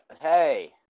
Hey